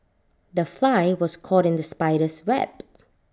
the fly was caught in the spider's web